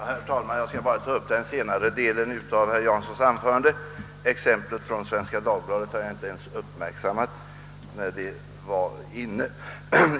Herr talman! Jag skall bara ta upp den senare delen av herr Janssons anförande — exemplet från Svenska Dagbladet har jag inte ens uppmärksammat.